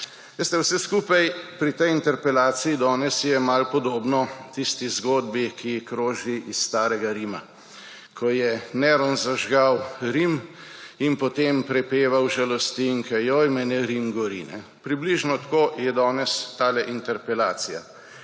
vse skupaj pri tej interpelaciji danes je malo podobno tisti zgodbi, ki kroži iz starega Rima, ko je Neron zažgal Rim in potem prepeval žalostinke: »Jojmene, Rim gori!« Približno tako je danes s to interpelacijo.